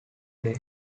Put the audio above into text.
date